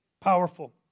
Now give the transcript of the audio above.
Powerful